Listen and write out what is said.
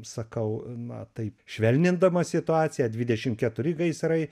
sakau na taip švelnindamas situaciją dvidešim keturi gaisrai